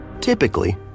Typically